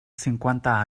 cinquanta